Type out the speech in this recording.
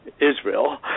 Israel